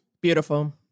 Beautiful